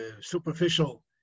superficial